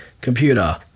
computer